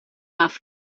off